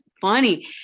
funny